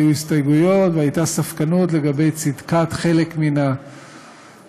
היו הסתייגויות והייתה ספקנות לגבי צדקת חלק מן הסעיפים,